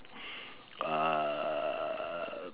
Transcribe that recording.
uh